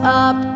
up